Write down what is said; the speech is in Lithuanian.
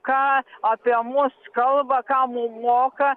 ką apie mus kalba ką mum moka